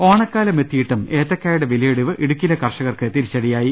ഓണക്കാലമെത്തിയിട്ടും ഏത്തക്കായുടെ വിലയിടിവ് ഇടുക്കി യിലെ കർഷകർക്ക് തിരിച്ചടിയായി